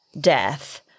death